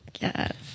Yes